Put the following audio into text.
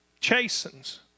chastens